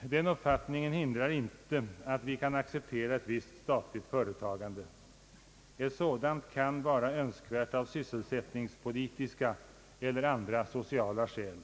Den uppfatiningen hindrar inte att vi kan acceptera ett visst statligt företagande. Ett sådant kan vara önskvärt av sysselsättningspolitiska. eller andra sociala skäl.